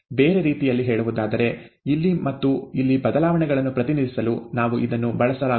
ಬೇರೆ ರೀತಿಯಲ್ಲಿ ಹೇಳುವುದಾದರೆ ಇಲ್ಲಿ ಮತ್ತು ಇಲ್ಲಿ ಬದಲಾವಣೆಗಳನ್ನು ಪ್ರತಿನಿಧಿಸಲು ನಾವು ಇದನ್ನು ಬಳಸಲಾಗುವುದಿಲ್ಲ